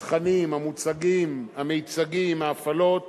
התכנים, המוצגים, המיצגים, ההפעלות